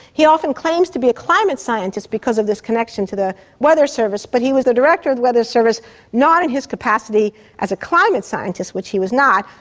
he often claims to be a climate scientist because of this connection to the weather service, but he was the director of the weather service not in his capacity as a climate scientist, which he was not,